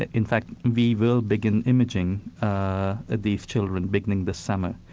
ah in fact we will begin imaging these children beginning this summer,